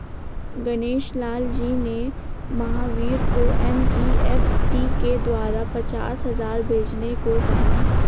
गणेश लाल जी ने महावीर को एन.ई.एफ़.टी के द्वारा पचास हजार भेजने को कहा